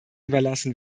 überlassen